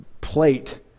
plate